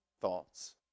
thoughts